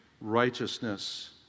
righteousness